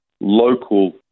local